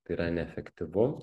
tai yra neefektyvu